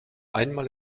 einmal